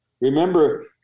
Remember